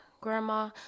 Grandma